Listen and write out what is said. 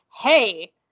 hey